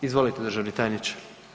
Izvolite državni tajniče.